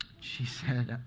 she said,